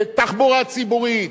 בתחבורה ציבורית,